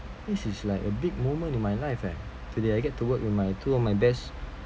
this is like a big moment in my life leh today I get to work with my two of my best